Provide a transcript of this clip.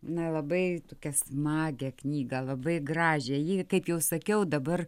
na labai tokią smagią knygą labai gražią ji kaip jau sakiau dabar